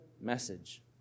message